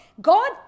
God